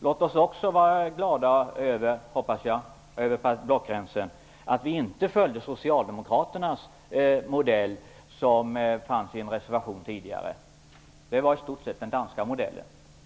Låt oss också vara glada över att vi inte följde socialdemokraternas modell som tidigare presenterades i en reservation och som i stort sett byggde på den danska modellen.